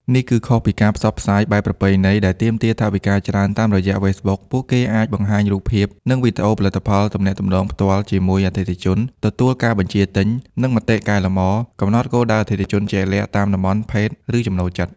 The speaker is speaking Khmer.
នេះគឺខុសពីការផ្សព្វផ្សាយបែបប្រពៃណីដែលទាមទារថវិកាច្រើន តាមរយៈ Facebook ពួកគេអាច បង្ហាញរូបភាព និងវីដេអូផលិតផល ទំនាក់ទំនងផ្ទាល់ជាមួយអតិថិជន ទទួលការបញ្ជាទិញ និងមតិកែលម្អ កំណត់គោលដៅអតិថិជនជាក់លាក់តាមតំបន់ ភេទ ឬចំណូលចិត្ត។